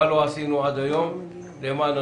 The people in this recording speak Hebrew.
מה לא עשינו עד היום למען.